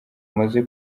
amaze